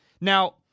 Now